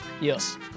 Yes